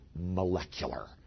molecular